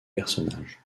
personnages